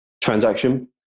transaction